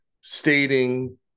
Stating